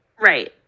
Right